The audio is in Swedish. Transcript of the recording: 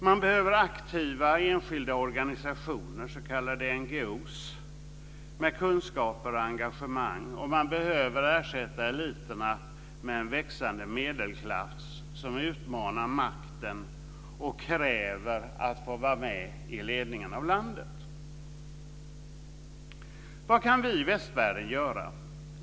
Man behöver aktiva enskilda organisationer, s.k. NGO:er med kunskaper och engagemang, och man behöver ersätta eliterna med en växande medelklass som utmanar makten och kräver att få vara med i ledningen av landet. Vad kan vi i västvärlden göra?